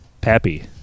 Pappy